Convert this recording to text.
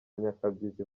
nyakabyizi